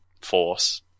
Force